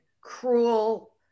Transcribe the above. cruel